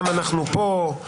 למה אנחנו פה?